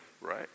right